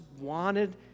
wanted